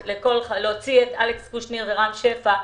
להוציא את אלכס קושניר ורם שפע,